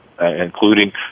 including